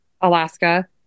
Alaska